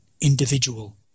individual